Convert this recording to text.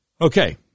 Okay